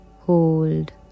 hold